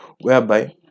whereby